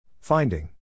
Finding